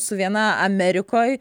su viena amerikoj